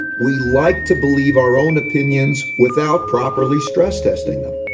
we like to believe our own opinions without properly stress-testing them.